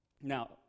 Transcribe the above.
Now